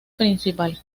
principal